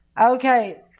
Okay